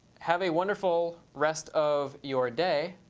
have a wonderful rest of your day.